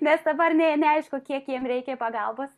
nes dabar nė neaišku kiek jiems reikia pagalbos